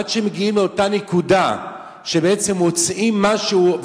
עד שמגיעים לאותה נקודה שבעצם מוצאים משהו,